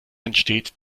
entsteht